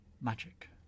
magic